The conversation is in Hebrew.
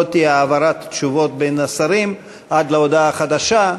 תהיה העברת תשובות בין השרים עד להודעה חדשה,